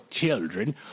children